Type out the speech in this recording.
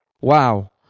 Wow